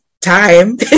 time